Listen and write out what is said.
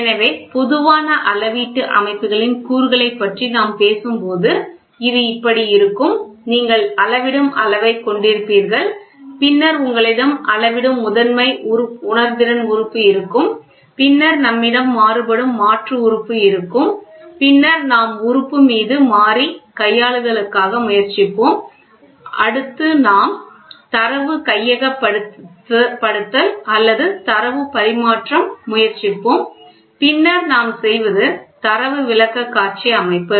எனவே பொதுவான அளவீட்டு அமைப்புகளின் கூறுகளைப் பற்றி நாம் பேசும்போது இது இப்படி இருக்கும் நீங்கள் அளவிடும் அளவைக் கொண்டிருப்பீர்கள் பின்னர் உங்களிடம் அளவிடும் முதன்மை உணர்திறன் உறுப்பு இருக்கும் பின்னர் நம்மிடம் மாறுபடும் மாற்று உறுப்பு இருக்கும் பின்னர் நாம் உறுப்பு மீது மாறி கையாளுதலுக்கு முயற்சிப்போம் அடுத்து நாம் தரவு கையகப்படுத்தல் அல்லது தரவு பரிமாற்றம் முயற்சிப்போம் பின்னர் நாம் செய்வது தரவு விளக்கக்காட்சி அமைப்பு